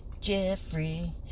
Jeffrey